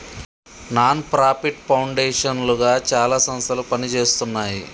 non profit foundation లుగా చాలా సంస్థలు పనిజేస్తున్నాయి